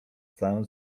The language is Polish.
całym